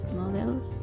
models